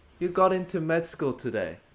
you got into med school today.